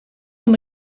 van